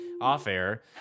off-air